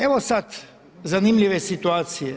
Evo sad zanimljive situacije.